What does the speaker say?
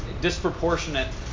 disproportionate